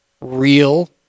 real